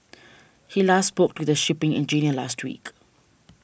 he last spoke to the shipping engineer last week